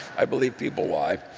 i believe people lie.